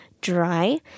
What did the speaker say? dry